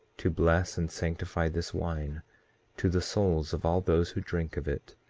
to bless and sanctify this wine to the souls of all those who drink of it,